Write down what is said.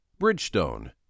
Bridgestone